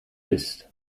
isst